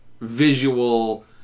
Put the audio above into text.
visual